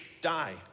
die